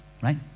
Right